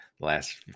last